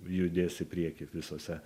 judės į priekį visose